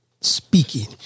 speaking